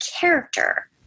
character